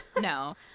No